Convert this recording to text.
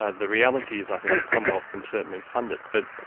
ah the reality is i think the commonwealth can certainly fund it, but